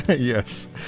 Yes